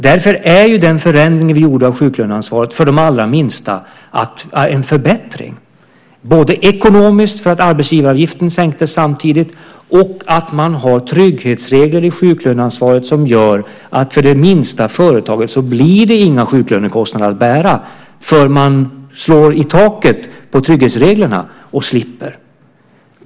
Därför är den förändring vi gjorde av sjuklöneansvaret för de allra minsta företagen en förbättring, både ekonomiskt för att arbetsgivaravgiften sänktes samtidigt och därför att trygghetsreglerna i sjuklöneansvaret gör att för det minsta företaget blir det inga sjuklönekostnader att bära, för de slår i taket på trygghetsreglerna och slipper sjuklöneansvaret.